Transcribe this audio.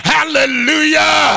Hallelujah